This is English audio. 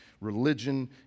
religion